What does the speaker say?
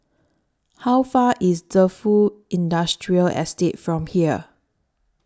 How Far IS Defu Industrial Estate from here